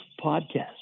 podcast